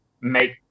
make